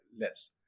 less